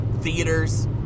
theaters